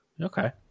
Okay